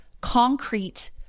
concrete